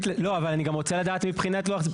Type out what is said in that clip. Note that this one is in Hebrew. לא, אבל אני גם רוצה לדעת מבחינת לוח זמנים.